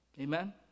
Amen